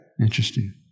Interesting